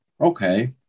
Okay